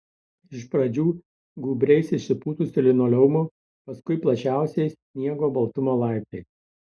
iš pradžių gūbriais išsipūtusiu linoleumu paskui plačiausiais sniego baltumo laiptais